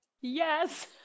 yes